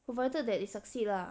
provided that it succeed lah